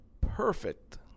perfect